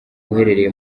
uherereye